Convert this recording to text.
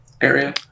area